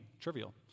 trivial